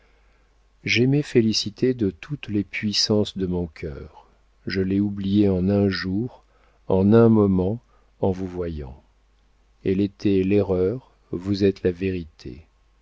j'aimais félicité de toutes les puissances de mon cœur je l'ai oubliée en un jour en un moment en vous voyant elle était l'erreur vous êtes la vérité